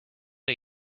are